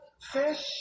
Fish